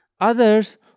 Others